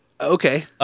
Okay